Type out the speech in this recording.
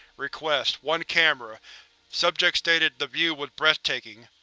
request one camera subject stated the view was breathtaking.